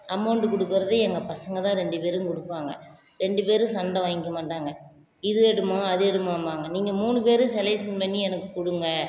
amount கொடுக்கறது எங்கள் பசங்க தான் ரெண்டு பேரும் கொடுப்பாங்க ரெண்டு பேரும் சண்டை வாங்கிக்க மாட்டாங்க இது எடும்மா அது எடும்மாம்பாங்க நீங்கள் மூணு பேரும் செலக்ஷன் பண்ணி எனக்கு கொடுங்க